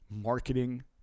marketing